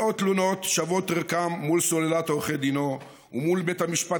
מאות תלונות מושבות ריקם מול סוללת עורכי דינו ומול בית המשפט,